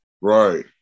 Right